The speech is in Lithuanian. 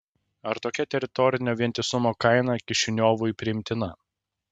ar tokia teritorinio vientisumo kaina kišiniovui priimtina